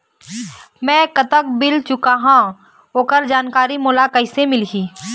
मैं कतक बिल चुकाहां ओकर जानकारी मोला कइसे मिलही?